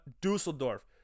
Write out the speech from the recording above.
Dusseldorf